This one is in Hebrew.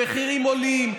המחירים עולים,